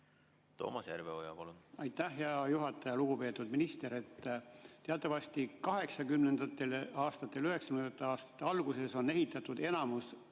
Toomas Järveoja,